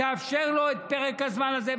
תאפשר לו את פרק הזמן הזה.